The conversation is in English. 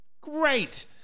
Great